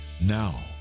now